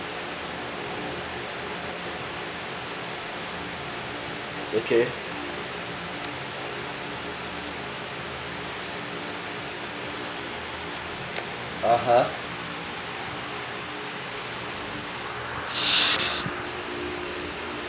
okay (uh huh)